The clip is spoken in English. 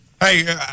Hey